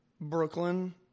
Brooklyn